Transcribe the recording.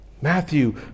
Matthew